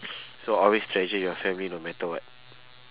so always treasure your family no matter what